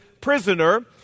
prisoner